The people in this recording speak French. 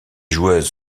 joueuses